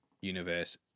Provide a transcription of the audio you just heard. universe